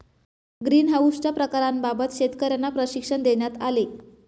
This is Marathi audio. ग्रीनहाउसच्या प्रकारांबाबत शेतकर्यांना प्रशिक्षण देण्यात आले